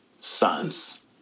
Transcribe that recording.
sons